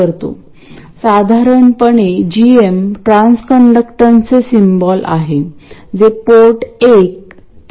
तसेच आपल्याकडे बायसिंगसाठी उपयुक्त असे इतर रेजिस्टर असू शकतात